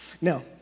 Now